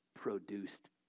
produced